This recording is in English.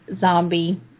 zombie